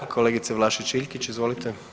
Kolegice Vlašić Iljkić izvolite.